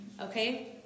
Okay